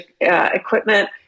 equipment